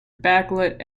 backlit